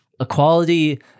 Equality